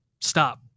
stop